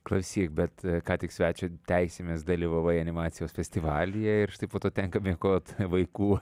klausyk bet ką tik svečio teisėmis dalyvavai animacijos festivalyje ir štai po to tenka miegot vaikų